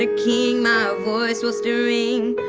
ah king. my voice will still ring.